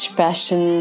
passion